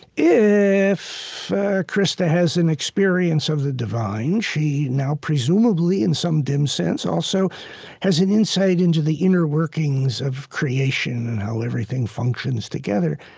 if krista has an experience of the divine, she now presumably, in some dim sense, also has an insight into the inner workings of creation and how everything functions together.